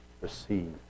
receive